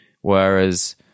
whereas